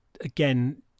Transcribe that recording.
again